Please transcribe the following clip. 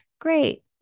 Great